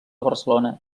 barcelona